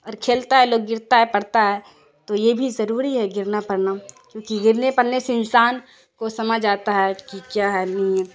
اور کھیلتا ہے لوگ گرتا ہے پڑتا ہے تو یہ بھی ضروری ہے گرنا پڑنا کیونکہ گرنے پڑنے سے انسان کو سمجھ آتا ہے کہ کیا ہے نہیں ہے